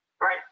Right